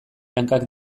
hankak